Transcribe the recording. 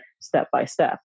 step-by-step